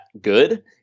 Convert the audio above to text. good